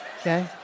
okay